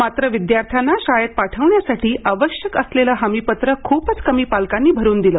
मात्र विद्यार्थ्यांना शाळेत पाठवण्यासाठी आवश्यक असलेलं हमीपत्र ख्पच कमी पालकांनी भरून दिलं